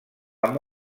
amb